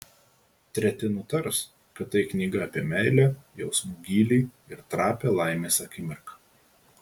treti nutars kad tai knyga apie meilę jausmų gylį ir trapią laimės akimirką